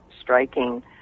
striking